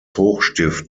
hochstift